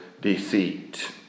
deceit